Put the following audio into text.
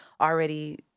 already